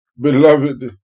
beloved